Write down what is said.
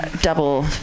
double